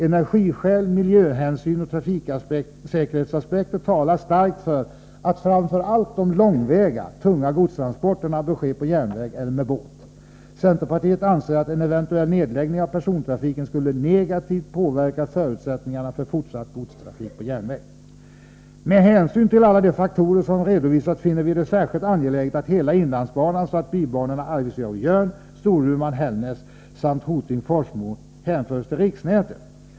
Energiskäl, miljöhänsyn och trafiksäkerhetsaspekter talar starkt för att framför allt de långväga, tunga godstransporterna bör ske på järnväg eller med båt. Centerpartiet anser att en eventuell nedläggning av persontrafiken skulle negativt påverka förutsättningarna för fortsatt godstrafik på järnväg. Med hänsyn till alla de faktorer som redovisats finner vi det särskilt angeläget att hela inlandsbanan samt bibanorna Arvidsjaur-Jörn, Storuman-Hällnäs och Hoting-Forsmo hänförs till riksnätet.